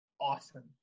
awesome